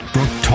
Brooke